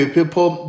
people